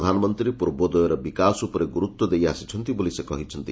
ପ୍ରଧାନମନ୍ତୀ ପୂର୍ବୋଦୟର ବିକାଶ ଉପରେ ଗୁରୁତ୍ୱ ଦେଇଆସିଛନ୍ତି ବୋଲି ସେ କହିଛନ୍ତି